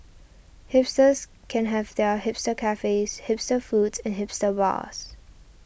hipsters can have their hipster cafes hipster foods and hipster bars